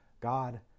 god